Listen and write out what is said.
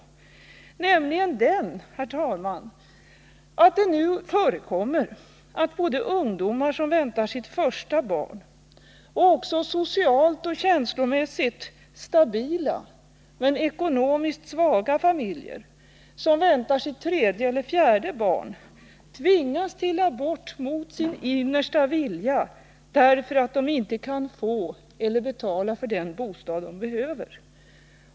Det är nämligen så, herr talman, att inte bara ungdomar som väntar sitt första barn utan också socialt och känslomässigt stabila, men ekonomiskt svaga familjer som väntar sitt tredje eller fjärde barn tvingas till abort mot sin innersta vilja, därför att de inte kan betala för eller inte kan få den bostad som de behöver.